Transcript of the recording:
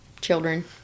children